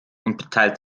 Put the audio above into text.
unterteilt